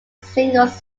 singles